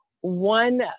one